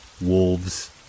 wolves